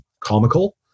comical